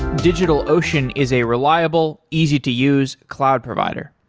digitalocean is a reliable, easy to use cloud provider.